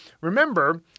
remember